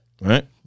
Right